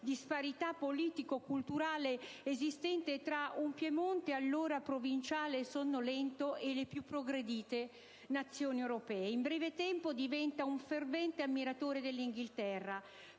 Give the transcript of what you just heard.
disparità politico-culturale esistente tra un Piemonte allora provinciale e sonnolento e le più progredite Nazioni europee. In breve tempo diventa un fervente ammiratore dell'Inghilterra.